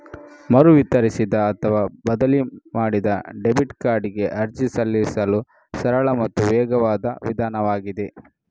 ಮರು ವಿತರಿಸಿದ ಅಥವಾ ಬದಲಿ ಮಾಡಿದ ಡೆಬಿಟ್ ಕಾರ್ಡಿಗೆ ಅರ್ಜಿ ಸಲ್ಲಿಸಲು ಸರಳ ಮತ್ತು ವೇಗವಾದ ವಿಧಾನವಾಗಿದೆ